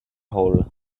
hall